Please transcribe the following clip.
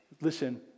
listen